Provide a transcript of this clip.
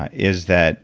ah is that